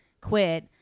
quit